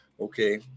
Okay